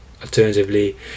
Alternatively